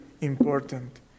important